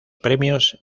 premios